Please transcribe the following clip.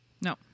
No